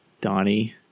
Donnie